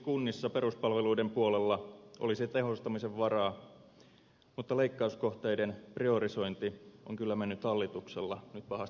kunnissa peruspalveluiden puolella olisi tehostamisen varaa mutta leikkauskohteiden priorisointi on kyllä mennyt hallituksella nyt pahasti pieleen